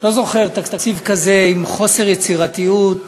לא זוכר תקציב כזה, עם חוסר יצירתיות.